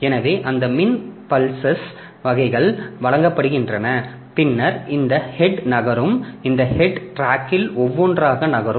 எனவே அந்த மின் பல்செஸ் வகைகள் வழங்கப்படுகின்றன பின்னர் இந்த ஹெட் நகரும் இந்த ஹெட் டிராக்கில் ஒவ்வொன்றாக நகரும்